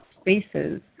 spaces